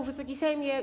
Wysoki Sejmie!